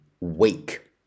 Wake